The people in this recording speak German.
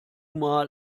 mal